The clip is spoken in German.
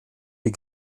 die